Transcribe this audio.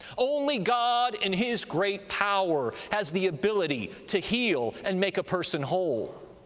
only god in his great power has the ability to heal and make a person whole.